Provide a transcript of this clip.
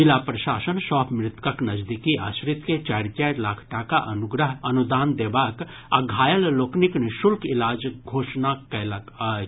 जिला प्रशासन सभ मृतकक नजदीकी आश्रित के चारि चारि लाख टाका अनुग्रह अनुदान देबाक आ घायल लोकनिक निःशुल्क इलाजक घोषणा कयलक अछि